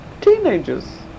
teenagers